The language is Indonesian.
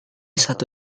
satu